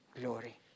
glory